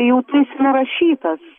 jautiesi nurašytas